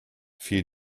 fiel